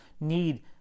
need